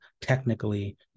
technically